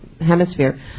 hemisphere